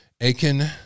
Aiken